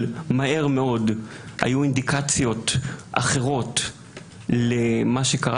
אבל מהר מאוד היו אינדיקציות אחרות למה שקרה